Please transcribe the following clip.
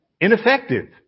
ineffective